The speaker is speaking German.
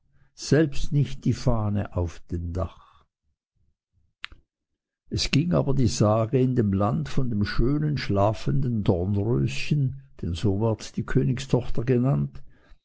selbst nicht die fahne auf dem dach es ging aber die sage in dem land von dem schönen schlafenden dornröschen denn so ward die königstochter genannt